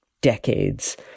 decades